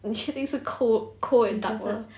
你确定是 co~ cold and dark one